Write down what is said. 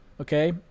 okay